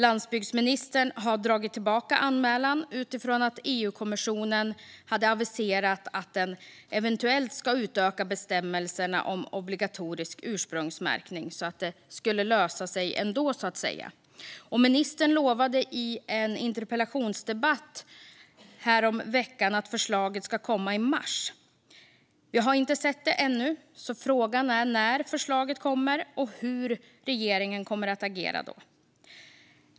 Landsbygdsministern har dragit tillbaka anmälan utifrån att EU-kommissionen aviserat att den eventuellt ska utöka bestämmelserna om obligatorisk ursprungsmärkning. Det skulle då lösa sig ändå, så att säga. Ministern lovade i en interpellationsdebatt häromveckan att förslaget skulle komma i mars. Vi har inte sett det ännu, så frågan är när förslaget kommer och hur regeringen då kommer att agera.